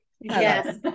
Yes